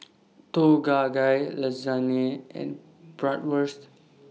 Tom Kha Gai Lasagne and Bratwurst